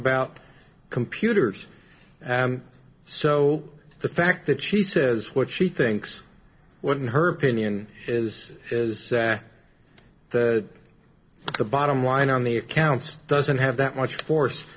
about computers and so the fact that she says what she thinks when her opinion is is that the bottom line on the account doesn't have that much force